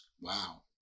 Wow